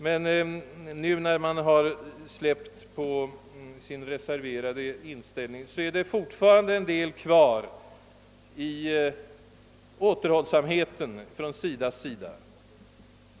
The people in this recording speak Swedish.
Men nu när SIDA har släppt sin reserverade inställning förefaller det som om en viss återhållsamhet likväl alltjämt finns kvar.